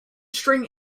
string